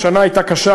השנה הייתה קשה.